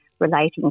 relating